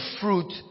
fruit